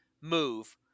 move